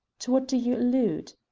to what do you allude?